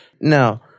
No